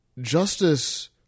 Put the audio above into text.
justice